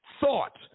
Thought